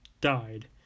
died